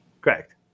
Correct